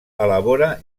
elabora